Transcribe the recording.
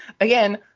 again